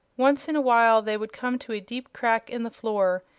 once in a while they would come to a deep crack in the floor,